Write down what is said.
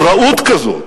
לפראות כזאת,